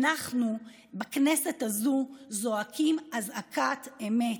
אנחנו בכנסת הזו זועקים אזעקת אמת.